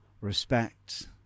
respect